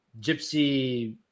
Gypsy